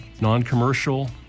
non-commercial